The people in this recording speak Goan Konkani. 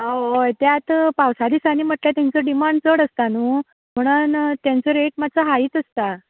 आं हय पावसा दिसांनी म्हटल्यार तांचो डिमांड चड आसता न्हू म्हणून तांचो रेट मातसो हायच आसता